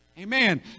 Amen